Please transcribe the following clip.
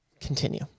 continue